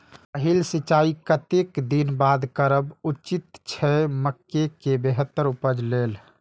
पहिल सिंचाई कतेक दिन बाद करब उचित छे मके के बेहतर उपज लेल?